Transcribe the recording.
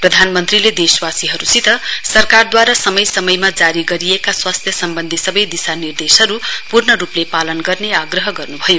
प्रधानमन्त्रीले देशवासीहरूसित सरकारद्वारा समयसमयमा जारी गरिएका स्वास्थ्य सम्बन्धी सबै दिशानिर्देशहरू पूर्ण रूपले पालन गर्ने आग्रह गर्नुभयो